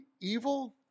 evil